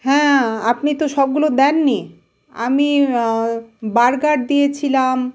হ্যাঁ আপনি তো সবগুলো দেননি আমি বার্গার দিয়েছিলাম